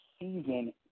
season